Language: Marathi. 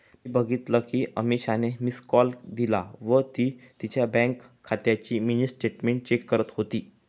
मी बघितल कि अमीषाने मिस्ड कॉल दिला व ती तिच्या बँक खात्याची मिनी स्टेटमेंट चेक करत होती